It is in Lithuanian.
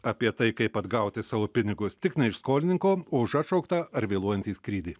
apie tai kaip atgauti savo pinigus tik ne iš skolininko už atšauktą ar vėluojantį skrydį